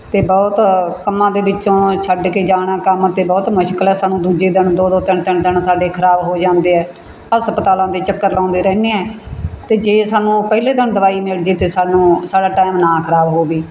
ਅਤੇ ਬਹੁਤ ਕੰਮਾਂ ਦੇ ਵਿੱਚੋਂ ਛੱਡ ਕੇ ਜਾਣਾ ਕੰਮ ਅਤੇ ਬਹੁਤ ਮੁਸ਼ਕਲ ਹੈ ਸਾਨੂੰ ਦੂਜੇ ਦਿਨ ਦੋ ਦੋ ਤਿੰਨ ਤਿੰਨ ਦਿਨ ਸਾਡੇ ਖ਼ਰਾਬ ਹੋ ਜਾਂਦੇ ਆ ਹਸਪਤਾਲਾਂ ਦੇ ਚੱਕਰ ਲਾਉਂਦੇ ਰਹਿੰਦੇ ਹਾਂ ਅਤੇ ਜੇ ਸਾਨੂੰ ਪਹਿਲੇ ਦਿਨ ਦਵਾਈ ਮਿਲ ਜੇ ਤਾਂ ਸਾਨੂੰ ਸਾਡਾ ਟੈਮ ਨਾ ਖ਼ਰਾਬ ਹੋਵੇ